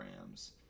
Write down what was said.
Rams